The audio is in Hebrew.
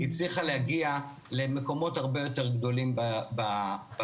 היא הצליחה להגיע למקומות הרבה יותר גדולים בטיפול.